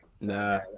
Nah